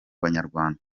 banyarwanda